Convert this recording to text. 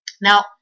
Now